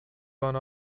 one